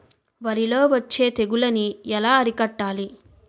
వరిలో వచ్చే తెగులని ఏలా అరికట్టాలి?